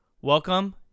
Welcome